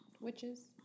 Witches